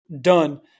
done